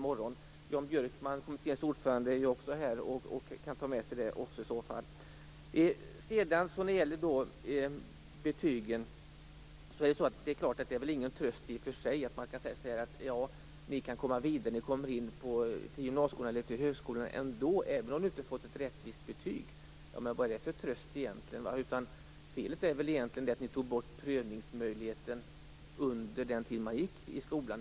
Jan Björkman, kommitténs ordförande, är ju också här och kan ta med sig statsrådets synpunkter. Det är väl ingen tröst att få höra att man kan gå vidare och komma in på gymnasieskolan eller högskolan trots att man inte har fått ett rättvist betyg. Vad är det för en tröst? Felet är väl att ni tog bort prövningsmöjligheten under den tid man går i skolan.